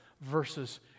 verses